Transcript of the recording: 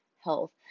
health